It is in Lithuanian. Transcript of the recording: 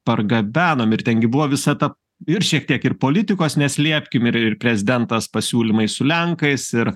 pargabenom ir ten gi buvo visa ta ir šiek tiek ir politikos neslėpkim ir ir prezidentas pasiūlymai su lenkais ir